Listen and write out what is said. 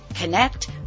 connect